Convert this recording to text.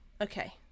okay